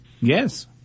Yes